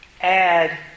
add